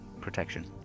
protection